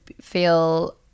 feel